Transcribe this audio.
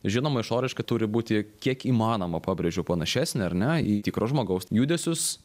žinoma išoriškai turi būti kiek įmanoma pabrėžiu panašesnė ar ne į tikro žmogaus judesius